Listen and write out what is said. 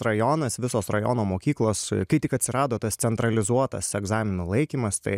rajonas visos rajono mokyklos kai tik atsirado tas centralizuotas egzamino laikymas tai